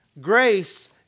grace